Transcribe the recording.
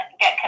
get